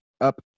up